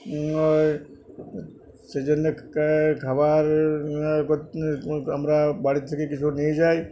ওই সেই জন্যে খাবার আমরা বাড়ির থেকে কিছু নিয়ে যাই